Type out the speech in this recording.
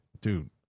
dude